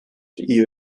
iyi